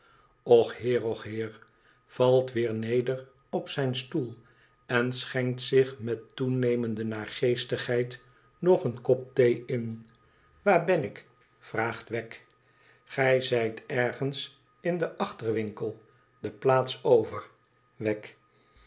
och heer och heer valt weer neder op zijn stoel ei schenkt zich met toenemende naargeestigheid nog een kop thee in t waar ben ik vraagt wegg gij zijt ergens in den achterwinkel de plaats over